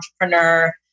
entrepreneur